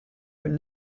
would